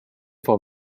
for